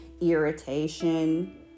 irritation